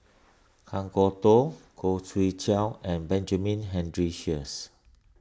Kan Kwok Toh Khoo Swee Chiow and Benjamin Henry Sheares